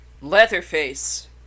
Leatherface